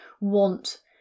want